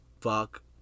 Fuck